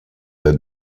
der